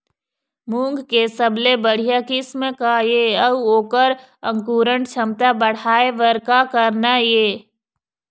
मूंग के सबले बढ़िया किस्म का ये अऊ ओकर अंकुरण क्षमता बढ़ाये बर का करना ये?